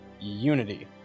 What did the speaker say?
unity